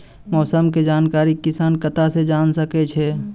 मौसम के जानकारी किसान कता सं जेन सके छै?